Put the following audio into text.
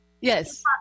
Yes